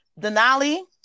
Denali